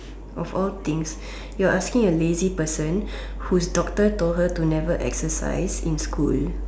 of all things you are asking a lazy person whose doctor told her to never exercise in school